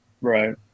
right